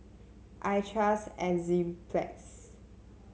I trust Enzyplex